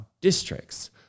districts